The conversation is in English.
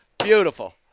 Beautiful